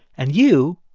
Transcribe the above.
and you?